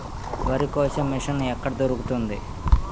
వరి కోసే మిషన్ ఎక్కడ దొరుకుతుంది?